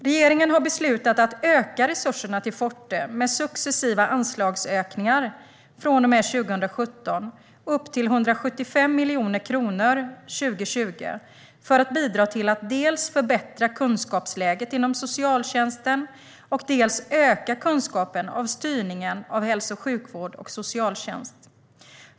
Regeringen har beslutat att öka resurserna till Forte med successiva anslagsökningar från och med 2017 upp till 175 miljoner kronor 2020 för att bidra till att dels förbättra kunskapsläget inom socialtjänsten, dels öka kunskapen om styrningen av hälso och sjukvård och socialtjänst.